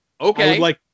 Okay